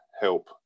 help